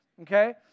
Okay